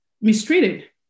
mistreated